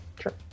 Sure